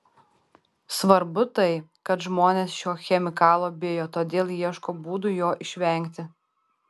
svarbu tai kad žmonės šio chemikalo bijo todėl ieško būdų jo išvengti